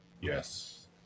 Yes